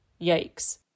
yikes